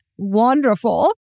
Wonderful